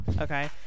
okay